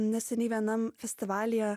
neseniai vienam festivalyje